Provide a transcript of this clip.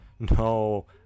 No